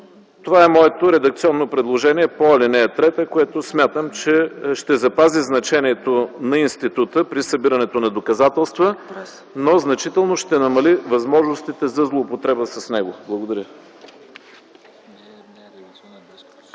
Това е моето редакционно предложение по ал. 3, което смятам, че ще запази значението на института при събирането на доказателства, но значително ще намали възможностите за злоупотреба с него. Благодаря.